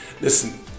listen